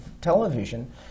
television